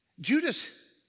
Judas